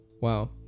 wow